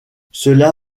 cela